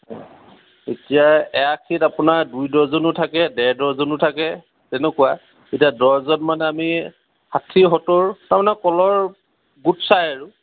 এতিয়া এয়াখিত আপোনাৰ দুই ডৰ্জনো থাকে ডেৰ ডৰ্জনো থাকে তেনেকুৱা এতিয়া ডৰ্জন মানে আমি ষাঠি সত্তৰ তাৰমানে কলৰ গোট চাই আৰু